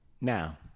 Now